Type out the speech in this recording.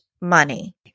money